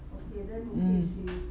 mm